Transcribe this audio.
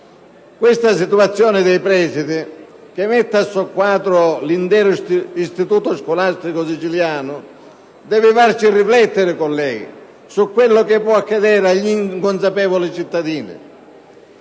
Questa situazione dei presidi, che mette a soqquadro l'intero istituto scolastico siciliano, deve farci riflettere, colleghi, su quello che può accadere agli inconsapevoli cittadini.